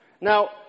Now